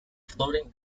floating